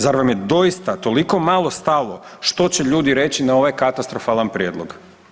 Zar vam je doista toliko malo stalo što će ljudi reći na ovaj katastrofalan prijedlog?